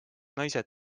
naised